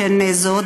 שהם זהים,